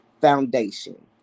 foundation